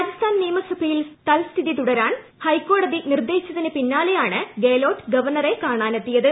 രാജസ്ഥാൻ നിയമസഭയിൽ തൽസ്ഥിതി തുടരാൻ ഹൈക്കോടതി നിർദ്ദേശിച്ചതിനു പിന്നാലെയാണ് ഗെഫ്ലോട്ട് ഗവർണറെ കാണാനെത്തിയത്